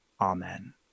Amen